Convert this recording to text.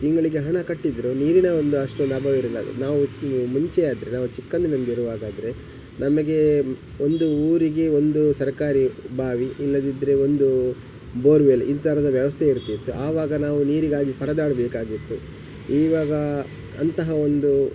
ತಿಂಗಳಿಗೆ ಹಣ ಕಟ್ಟಿದರೂ ನೀರಿನ ಒಂದು ಅಷ್ಟೊಂದು ಅಭಾವ ಇರೋಲ್ಲ ನಾವು ಮುಂಚೆ ಆದರೆ ನಾವು ಚಿಕ್ಕಂದಿನಿರುವಾಗ ಆದರೆ ನಮಗೆ ಒಂದು ಊರಿಗೆ ಒಂದು ಸರ್ಕಾರಿ ಬಾವಿ ಇಲ್ಲದಿದ್ದರೆ ಒಂದು ಬೋರ್ವೆಲ್ ಈ ಥರದ ವ್ಯವಸ್ಥೆ ಇರ್ತಿತ್ತು ಆವಾಗ ನಾವು ನೀರಿಗಾಗಿ ಪರದಾಡಬೇಕಾಗಿತ್ತು ಇವಾಗ ಅಂತಹ ಒಂದು